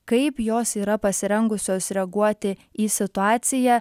kaip jos yra pasirengusios reaguoti į situaciją